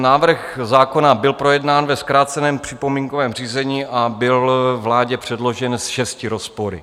Návrh zákona byl projednán ve zkráceném připomínkovém řízení a byl vládě předložen s šesti rozpory.